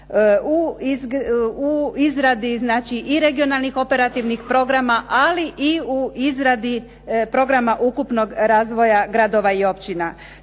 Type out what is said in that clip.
znači i regionalnih operativnih programa, ali i u izradi programa ukupnog razvoja gradova i općina.